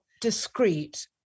discreet